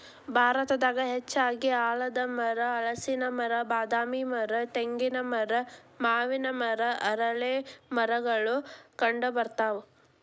ಭಾರತದಾಗ ಹೆಚ್ಚಾಗಿ ಆಲದಮರ, ಹಲಸಿನ ಮರ, ಬಾದಾಮಿ ಮರ, ತೆಂಗಿನ ಮರ, ಮಾವಿನ ಮರ, ಅರಳೇಮರಗಳು ಕಂಡಬರ್ತಾವ